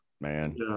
man